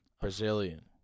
Brazilian